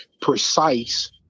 precise